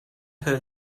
her